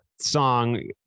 Song